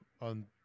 On